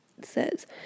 says